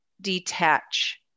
detach